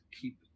keep